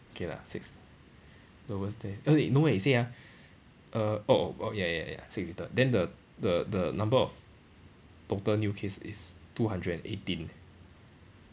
okay lah six lowest day okay no eh you see ah err oh oh oh ya ya ya six little then the the the number of total new case is two hundred and eighteen